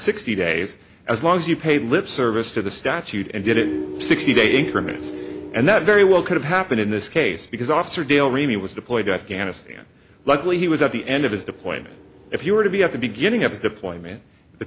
sixty days as long as you paid lip service to the statute and did it sixty day increments and that very well could have happened in this case because officer dale remey was deployed to afghanistan luckily he was at the end of his deployment if you were to be at the beginning of his deployment the